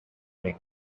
ring